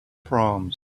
proms